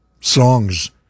songs